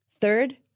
Third